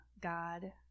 God